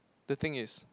the thing is